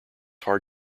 hard